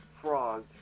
frog